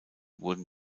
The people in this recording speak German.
wurden